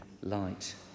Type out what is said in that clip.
light